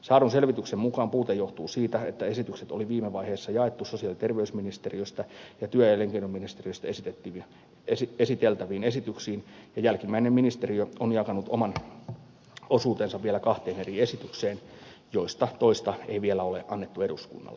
saadun selvityksen mukaan puute johtuu siitä että esitykset oli viime vaiheessa jaettu erikseen sosiaali ja terveysministeriöstä ja työ ja elinkeinoministeriöstä esiteltäviin esityksiin ja jälkimmäinen ministeriö on jakanut oman osuutensa vielä kahteen eri esitykseen joista toista ei vielä ole annettu eduskunnalle